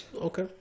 okay